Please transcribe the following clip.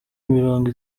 mirongo